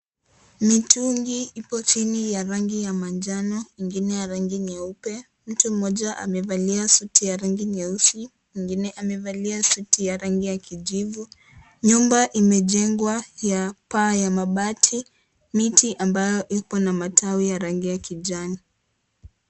Mitungi ipo chini ya rangi ya manjano, ingine ya rangi nyeupe. Mtu mmoja amevalia suti ya rangi nyeusi, mwingine amevalia suti ya rangi ya kijivu. Nyumba imejengwa ya paa ya mabati, miti ambayo ipo na matawi ya rangi ya kijani.